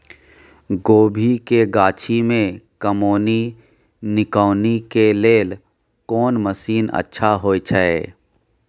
कोबी के गाछी में कमोनी निकौनी के लेल कोन मसीन अच्छा होय छै?